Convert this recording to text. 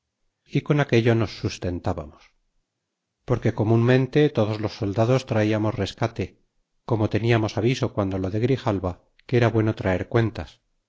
y con aquello nos sustentábamos porque comunmente todos los soldados traiamos rescate como teniamos aviso guando lo de grijalva que era bueno traer cuentas